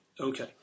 okay